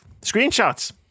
screenshots